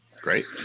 Great